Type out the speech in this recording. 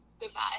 Goodbye